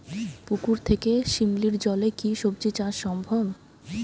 পুকুর থেকে শিমলির জলে কি সবজি চাষ সম্ভব?